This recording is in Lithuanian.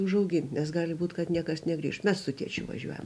užaugink nes gali būti kad niekas negrįš mes su tėčiu važiuojam